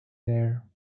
lair